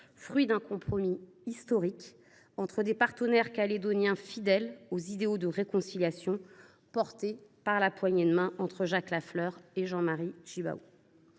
fruit d’un compromis historique entre des partenaires calédoniens fidèles aux idéaux de réconciliation symbolisés par la poignée de main entre Jacques Lafleur et Jean Marie Tjibaou.